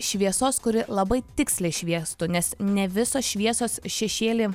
šviesos kuri labai tiksliai šviestų nes ne visos šviesos šešėly